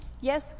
yes